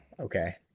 Okay